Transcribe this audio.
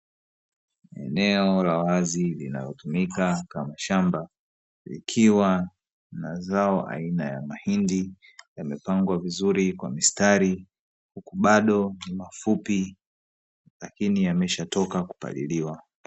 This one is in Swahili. Eneo la wazi linalotumika kama mshamba, likiwa na zao aina ya mahindi yamepangwa vizuri kwa mistari, huku bado ni mafupi lakini yameshatoka kupaliliwa.